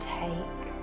take